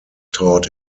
taught